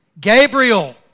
Gabriel